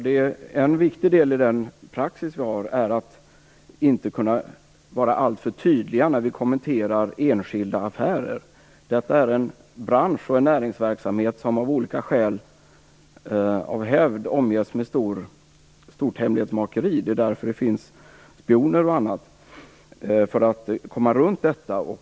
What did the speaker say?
Fru talman! En viktig del i den praxis vi har är att inte vara alltför tydliga när vi kommenterar enskilda affärer. Detta är en bransch och en näringsverksamhet som av olika skäl av hävd omges med stort hemlighetsmakeri. Det är därför det finns spioner och annat för att komma runt detta.